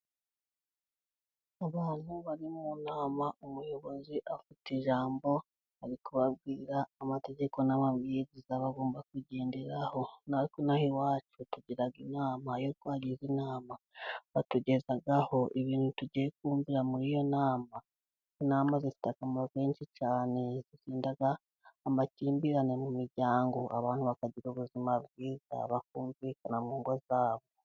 Abantu bari mu nama umuyobozi afite ijambo arikubabwira amategeko n'amabwiriza bagomba kugenderaho, natwe inaha iwacu tugira inama iyo twagize inama batugezaho ibintu tugiye kumvira muri iyo nama, inama zifite akamaro kenshi cyane irinda amakimbirane mu miryango abantu bakagira ubuzima bwiza bakumvikana mungo zabo.